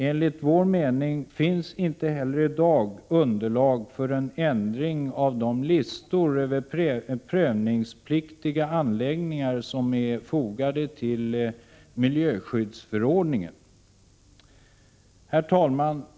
Enligt vår mening finns inte heller i dag underlag för en ändring av de listor över prövningspliktiga anläggningar som är fogade till miljöskyddsförordningen. Herr talman!